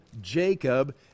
Jacob